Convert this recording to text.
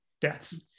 deaths